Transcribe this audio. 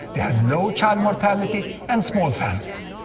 they had low child mortality and small families.